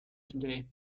today